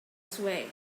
sway